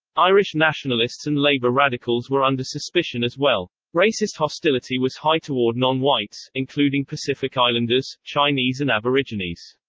irish nationalists and labor radicals were under suspicion as well. racist hostility was high toward nonwhites, including pacific islanders, chinese and aborigines.